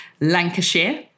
lancashire